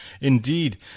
indeed